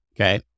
okay